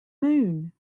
moon